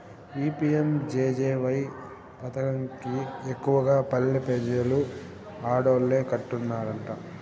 ఈ పి.యం.జె.జె.వై పదకం కి ఎక్కువగా పల్లె పెజలు ఆడోల్లే కట్టన్నారట